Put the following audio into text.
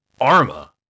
Arma